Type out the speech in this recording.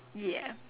ya